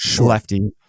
lefty